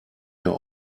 your